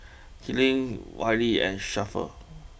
Kyleigh Wiley and Shafter